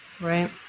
right